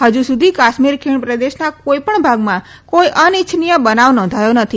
હજુ સુધી કાશ્મીર ખીણ પ્રદેશના કોઇપણ ભાગમાં કોઇ અનિચ્છનીય બનાવ નોંધાયો નથી